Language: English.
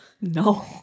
No